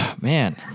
man